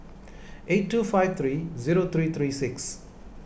eight two five three zero three three six